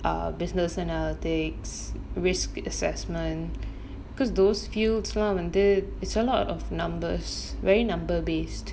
err business analytics risk assessment because those fields லாம் வந்து:laam vanthu it's a lot of numbers very number based